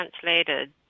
translated